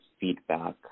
feedback